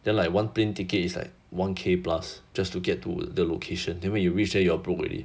then like one plane ticket is like one K plus just to get to the location then when you reach there you're broke already